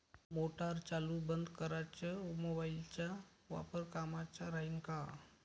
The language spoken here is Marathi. मोटार चालू बंद कराच मोबाईलचा वापर कामाचा राहीन का?